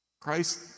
Christ